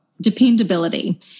Dependability